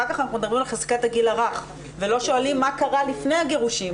אחר כך אנחנו מדברים על חזקת הגיל הרך ולא שואלים מה קרה לפני הגירושין,